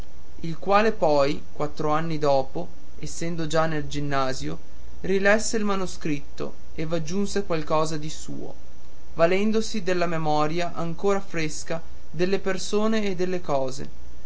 il quale poi quattro anni dopo essendo già nel ginnasio rilesse il manoscritto e v'aggiunse qualcosa di suo valendosi della memoria ancor fresca delle persone e delle cose